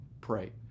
pray